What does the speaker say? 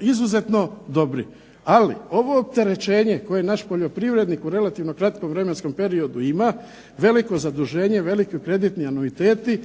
izuzetno dobri. Ali ovo opterećenje koje naš poljoprivrednik u relativno kratkom vremenskom periodu ima, veliko zaduženje, veliki kreditni anuiteti,